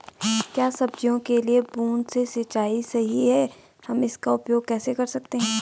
क्या सब्जियों के लिए बूँद से सिंचाई सही है हम इसका उपयोग कैसे कर सकते हैं?